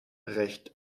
recht